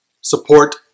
Support